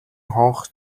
хонх